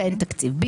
ואין תקציב.